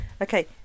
Okay